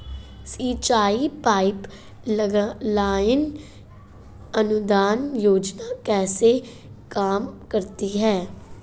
सिंचाई pipeline अनुदान योजना कैसे काम करती है?